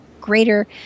greater